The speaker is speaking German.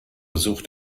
sucht